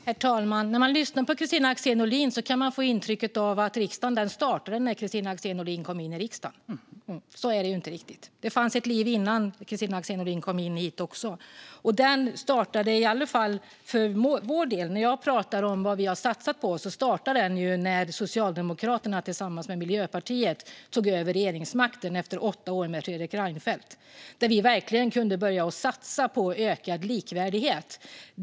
Herr talman! När man lyssnar på Kristina Axén Olin kan man få intrycket att riksdagen startade när Kristina Axén Olin kom in i riksdagen. Så är det inte riktigt. Det fanns ett liv också innan Kristina Axén Olin kom hit. Det startade, i alla fall när jag pratar om vad vi har satsat på, när Socialdemokraterna tillsammans med Miljöpartiet tog över regeringsmakten efter åtta år med Fredrik Reinfeldt. Då kunde vi verkligen börja satsa på ökad likvärdighet.